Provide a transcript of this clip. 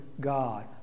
God